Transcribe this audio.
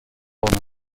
unless